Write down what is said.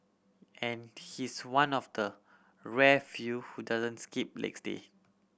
and he's one of the rare few who doesn't skip legs day